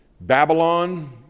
babylon